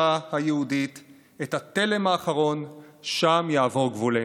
היהודית את התלם האחרון שם יעבור גבולנו".